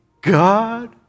God